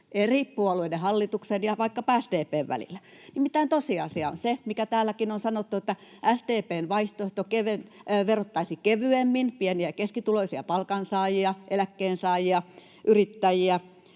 eri puolueiden, hallituksen ja vaikkapa SDP:n välillä. Nimittäin tosiasia on se, mikä täälläkin on sanottu, että SDP:n vaihtoehto verottaisi kevyemmin pieni- ja keskituloisia palkansaajia, eläkkeensaajia, yrittäjiä.